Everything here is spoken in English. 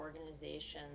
organizations